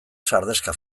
sardexka